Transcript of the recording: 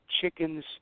chickens